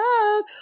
love